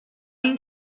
این